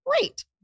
great